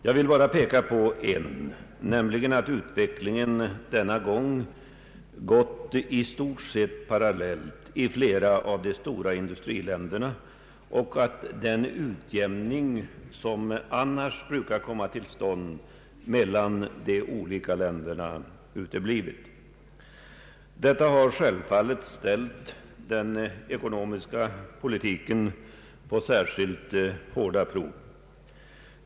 Jag vill bara peka på en, nämligen att utvecklingen gått i huvudsak parallellt i flera av de stora industriländerna och att den utjämning som annars brukar komma till stånd mellan de olika länderna uteblivit. Detta har självfallet ställt den ekonomiska politiken på särskilt hårda prov.